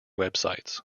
websites